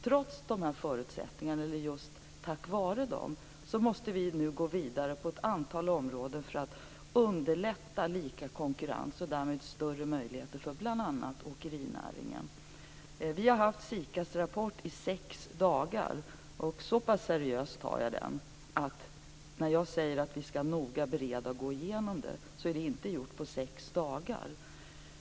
Trots dessa förutsättningar, eller just tack vare dem, måste vi nu gå vidare på att antal områden för att underlätta lika konkurrens och därmed skapa större möjligheter för bl.a. åkerinäringen. Vi har haft SIKA:s rapport i sex dagar. Så pass seriöst tar jag den att när jag säger att vi skall noga gå igenom och bereda den är det inte gjort på sex dagar.